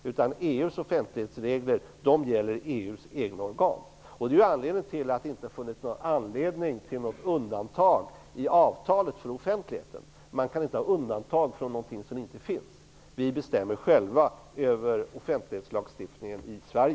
EU:s offentlighetsregler gäller EU:s egna organ. Därför har det inte funnits någon anledning att göra undantag i avtalet för offentligheten. Man kan inte göra undantag från någonting som inte finns. Vi bestämmer själva över offentlighetslagstiftningen i